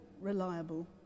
reliable